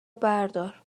بردار